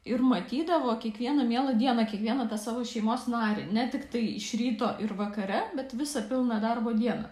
ir matydavo kiekvieną mielą dieną kiekvieną tą savo šeimos narį ne tiktai iš ryto ir vakare bet visą pilną darbo dieną